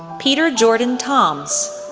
peter jordan toms,